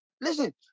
Listen